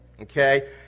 okay